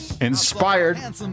inspired